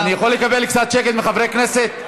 אני יכול לקבל קצת שקט מחברי הכנסת?